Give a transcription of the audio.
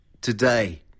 today